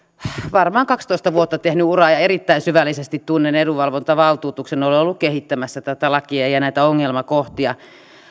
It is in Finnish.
varmaan kaksitoista vuotta tehnyt uraa ja erittäin syvällisesti tunnen edunvalvontavaltuutuksen olen ollut kehittämässä tätä lakia ja näitä ongelmakohtia